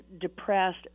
depressed